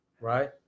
right